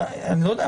אני לא יודע,